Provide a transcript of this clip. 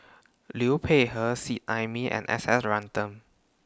Liu Peihe Seet Ai Mee and S S Ratnam